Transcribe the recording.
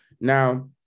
Now